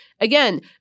again